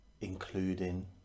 including